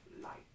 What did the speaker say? light